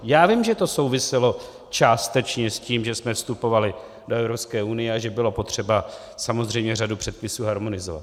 Já vím, že to souviselo částečně s tím, že jsme vstupovali do Evropské unie a že bylo potřeba samozřejmě řadu předpisů harmonizovat.